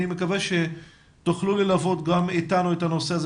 אני מקווה שתוכלו ללוות גם איתנו את הנושא הזה